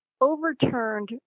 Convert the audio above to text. overturned